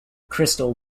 crystal